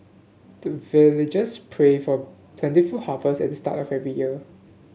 the villagers pray for plentiful harvest at the start of every year